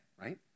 right